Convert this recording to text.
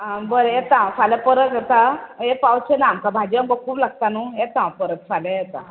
आ बरें येतां हांव फाल्यां परत येता हें पावचें ना आमकां भाजयो आमकां खूब लागता न्हू येता परत फाल्यां येता